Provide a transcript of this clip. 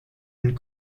and